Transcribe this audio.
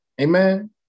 Amen